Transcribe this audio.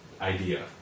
idea